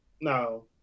no